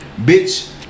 Bitch